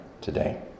today